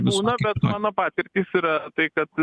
būna bet mano patirtys yra tai kad